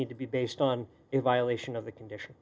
need to be based on in violation of the condition